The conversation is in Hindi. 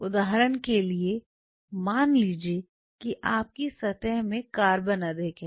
उदाहरण के लिए मान लीजिए कि आपकी सतह में कार्बन अधिक है